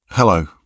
Hello